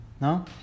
No